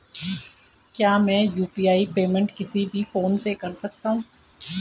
क्या मैं UPI payment किसी भी फोन से कर सकता हूँ?